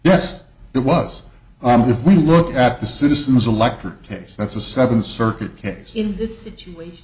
yes it was and if we look at the citizens electric case that's a seven circuit case in this situation